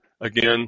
again